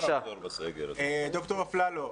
ד"ר אפללו,